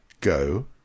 Go